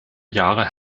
jahre